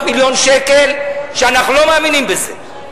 ואנחנו לא מאמינים בזה.